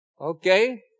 Okay